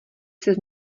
ses